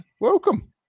welcome